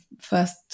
first